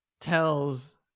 tells